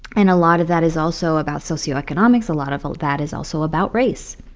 and a lot of that is also about socioeconomics. a lot of that is also about race